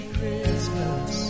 Christmas